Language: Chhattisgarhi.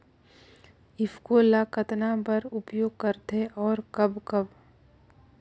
ईफको ल कतना बर उपयोग करथे और कब कब?